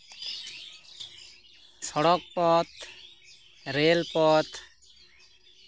ᱥᱚᱲᱚᱠ ᱯᱚᱛᱷ ᱨᱮᱹᱞ ᱯᱚᱛᱷ